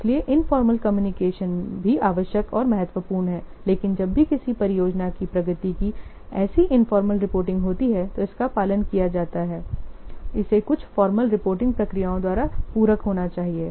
इसलिए informal communication भी आवश्यक और महत्वपूर्ण है लेकिन जब भी किसी परियोजना की प्रगति की ऐसी इनफॉर्मल रिपोर्टिंग होती है तो इसका पालन किया जाता है इसे कुछ फॉर्मल रिपोर्टिंग प्रक्रियाओं द्वारा पूरक होना चाहिए